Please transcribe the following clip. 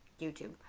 YouTube